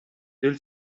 del